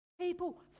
People